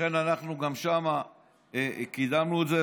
לכן אנחנו גם שם קידמנו את זה,